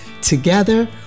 Together